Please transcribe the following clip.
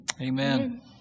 Amen